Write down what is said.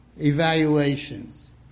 evaluations